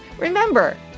Remember